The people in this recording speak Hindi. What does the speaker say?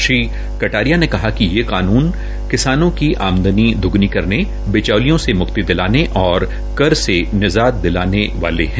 श्री कटारिया ने कहा कि ये कानून किसानों की आमदनी द्दगनी करने बिचौलियो से मुक्ति दिलाने और कर से निजात दिलाने वाले है